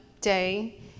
day